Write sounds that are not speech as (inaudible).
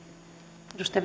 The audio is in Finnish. arvoisa (unintelligible)